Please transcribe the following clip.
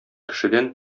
кешедән